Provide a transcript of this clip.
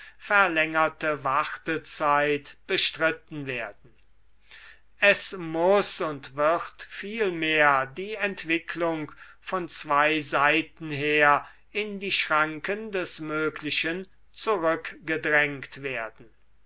verlängerte wartezeit bestritten werden es muß und wird vielmehr die entwicklung von zwei seiten her in dre schranken des möglichen zurückgedrängt werden